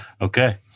Okay